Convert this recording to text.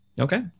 Okay